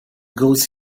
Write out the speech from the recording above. goes